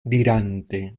dirante